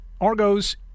argos